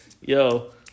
yo